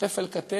כתף אל כתף,